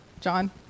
John